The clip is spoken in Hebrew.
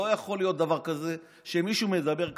לא יכול להיות דבר כזה שמישהו מדבר ככה,